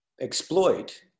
exploit